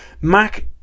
Mac